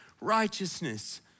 righteousness